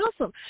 awesome